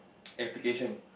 application